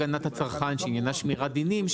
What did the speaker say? לעניין שמירת הדינים.